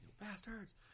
Bastards